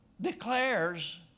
declares